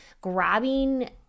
grabbing